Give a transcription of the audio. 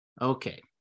Okay